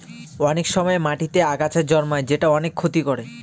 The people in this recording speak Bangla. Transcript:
অনেক সময় মাটিতেতে আগাছা জন্মায় যেটা অনেক ক্ষতি করে